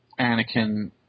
Anakin